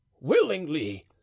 willingly